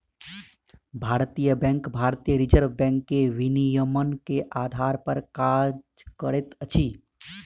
भारतीय बैंक भारतीय reserve bank के विनियमन के आधार पर काज करैत अछि